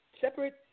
separate